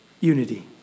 unity